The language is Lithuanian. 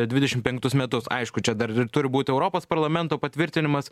dvidešimt penktus metus aišku čia dar ir turi būt europos parlamento patvirtinimas